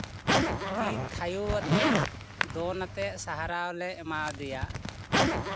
ᱛᱤ ᱛᱷᱟᱭᱚ ᱟᱛᱮ ᱫᱚᱱᱟᱛᱮ ᱥᱟᱨᱦᱟᱣ ᱞᱮ ᱮᱢᱟᱣᱟᱫᱮᱭᱟ